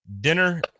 dinner